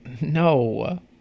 No